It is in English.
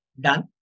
done